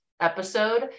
episode